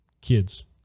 kids